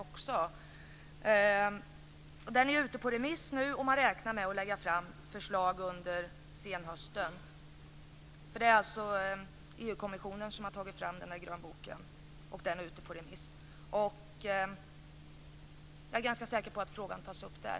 Man räknar med att kunna lägga fram förslag under senhösten. Det är EU kommissionen som har tagit fram den här grönboken, som nu är ute på remiss. Jag är ganska säker på att frågan tas upp där.